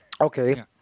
Okay